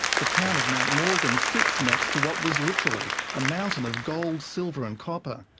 the town of mount morgan sits next to what was literally a mountain of gold, silver and copper.